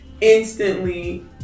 Instantly